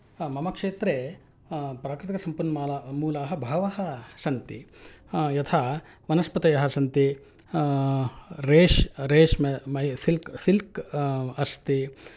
मम क्षेत्रे प्राकृतिकसम्पन्माला मूलाः बहवः सन्ति यथा वनस्पतयः सन्ति रेश् रेश्म सिल्क् सिल्क् अस्ति